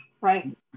right